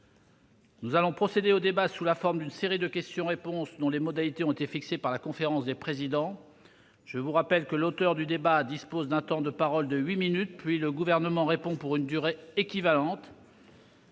Nous allons procéder au débat sous la forme d'une série de questions-réponses dont les modalités ont été fixées par la conférence des présidents. Je vous rappelle que l'auteur de la demande du débat dispose d'un temps de parole de huit minutes, puis le Gouvernement répond pour une durée équivalente.